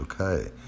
okay